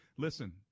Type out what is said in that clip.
Listen